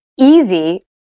easy